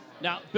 Now